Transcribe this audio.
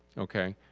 okay,